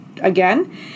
again